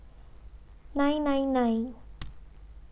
nine nine nine